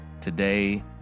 today